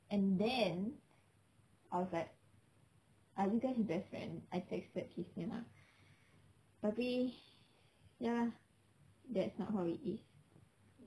and then I was like are you guys best friend I texted christina tapi ya that's not how it is